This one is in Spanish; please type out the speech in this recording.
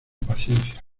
paciencia